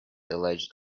alleged